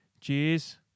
cheers